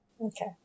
Okay